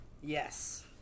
Yes